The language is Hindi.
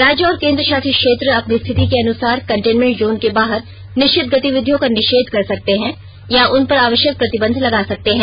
राज्य और केंद्रशासित क्षेत्र अपनी स्थिति के अनुसार कंटेनमेंट जोन के बाहर निश्चित गतिविधियों का निषेध कर सकते हैं या उन पर आवश्यक प्रतिबंध लगा सकते हैं